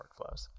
workflows